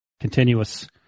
continuous